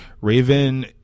Raven